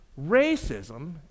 Racism